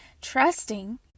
trusting